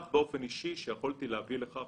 אני שמח באופן אישי שיכולתי להביא לכך